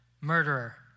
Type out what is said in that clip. murderer